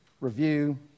review